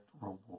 reward